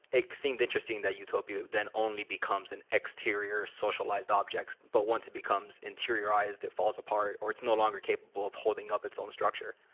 it seemed interesting that utopia, then, only becomes an exterior socialized object. but once it becomes interiorized, it falls apart, or it's no longer capable of holding up its own structure.